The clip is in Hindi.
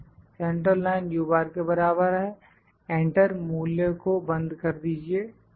सेंट्रल लाइन के बराबर है एंटर मूल्य को बंद कर दीजिए ठीक है